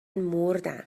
مردم